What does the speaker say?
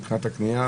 מבחינת הקניה.